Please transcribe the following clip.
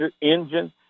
engine